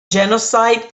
genocide